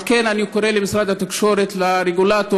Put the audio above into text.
על כן אני קורא למשרד התקשורת, לרגולטור,